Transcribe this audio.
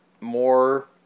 more